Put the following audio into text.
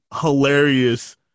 hilarious